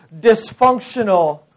dysfunctional